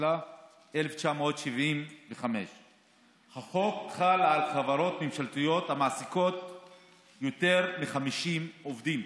התשל"ה 1975. החוק חל על חברות ממשלתיות המעסיקות יותר מ-50 עובדים,